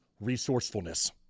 resourcefulness